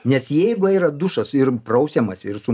nes jeigu yra dušas ir prausiamasi ir su